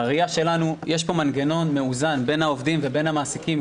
בראייה שלנו יש פה מנגנון מאוזן בין העובדים ובין המעסיקים,